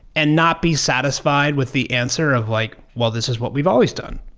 and not be satisfied with the answer of like, well, this is what we've always done.